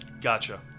Gotcha